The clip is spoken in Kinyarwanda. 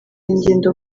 ingendo